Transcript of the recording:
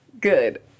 good